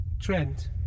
Trent